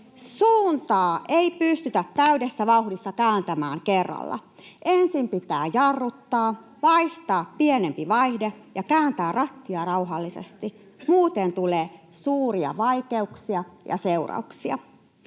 Suuntaa ei pystytä täydessä vauhdissa kääntämään kerralla. Ensin pitää jarruttaa, vaihtaa pienempi vaihde ja kääntää rattia rauhallisesti. Muuten tulee suuria vaikeuksia ja seurauksia.